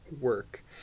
work